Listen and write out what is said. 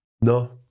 No